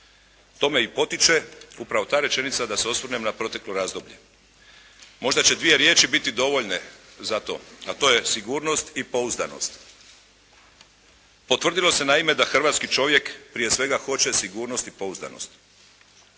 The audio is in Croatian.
To me i potiče, upravo ta rečenica da se osvrnem na proteklo razdoblje. Možda će dvije riječi biti dovoljne za to a to je sigurnost i pouzdanost. Potvrdilo se naime da hrvatski čovjek prije svega hoće sigurnost i pouzdanost.